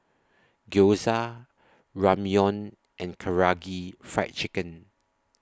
Gyoza Ramyeon and Karaage Fried Chicken